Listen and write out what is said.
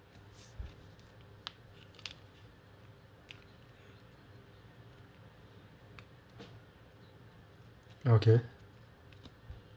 okay